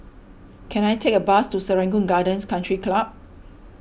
can I take a bus to Serangoon Gardens Country Club